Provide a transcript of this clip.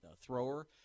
thrower